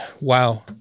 Wow